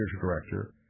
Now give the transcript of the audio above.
director